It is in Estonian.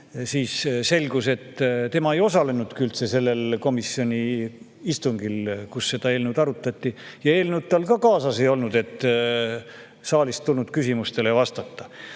siis selgus, et tema ei osalenudki üldse sellel komisjoni istungil, kus seda eelnõu arutati. Ja eelnõu tal ka kaasas ei olnud, nii et ta ei saanud saalist tulnud küsimustele vastata.